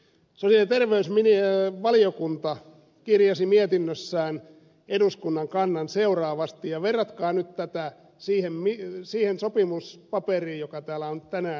sosiaali ja terveysvaliokunta kirjasi mietinnössään eduskunnan kannan seuraavasti ja verratkaa nyt tätä siihen sopimuspaperiin joka täällä on tänään esitelty